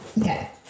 okay